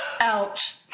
Ouch